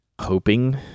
hoping